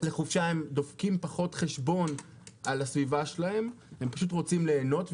לחופשה הם "דופקים" פחות חשבון לסביבה שלהם כי הם פשוט רוצים ליהנות.